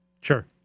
Sure